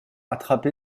attrapé